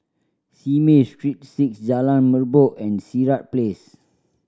Simei Street Six Jalan Merbok and Sirat Place